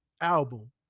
album